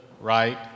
right